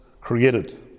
created